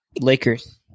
Lakers